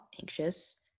anxious